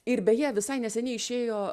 ir beje visai neseniai išėjo